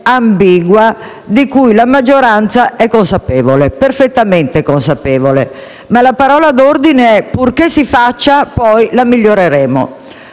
ambigua, di cui la maggioranza è consapevole, perfettamente consapevole. Ma la parola d'ordine è: purché si faccia, poi la miglioreremo.